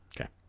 Okay